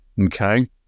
Okay